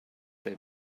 they